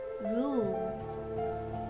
room